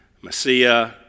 Messiah